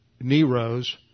Nero's